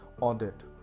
audit